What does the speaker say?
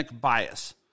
bias